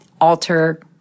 alter